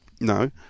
No